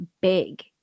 big